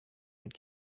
would